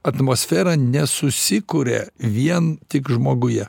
atmosfera nesusikuria vien tik žmoguje